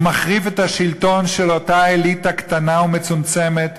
הוא מחריף את השלטון של אותה אליטה קטנה ומצומצמת.